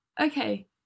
okay